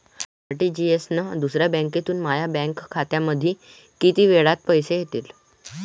RTGS न दुसऱ्या बँकेमंधून माया बँक खात्यामंधी कितीक वेळातं पैसे येतीनं?